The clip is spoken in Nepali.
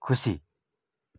खुसी